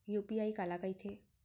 UPI काला कहिथे?